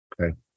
Okay